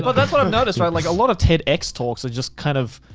but that's what i've noticed. right, like a lot of tedx talks talks are just kind of,